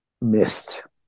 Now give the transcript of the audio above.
missed